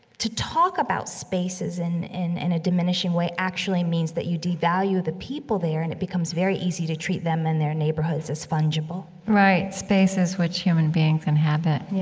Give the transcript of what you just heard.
to talk about spaces in in in a diminishing way actually means that you devalue the people there, and it becomes very easy to treat them and their neighborhoods as fungible right. spaces which human beings inhabit yeah